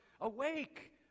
awake